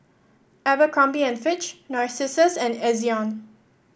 Abercrombie and Fitch Narcissus and Ezion